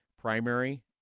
primary